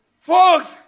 Folks